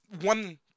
one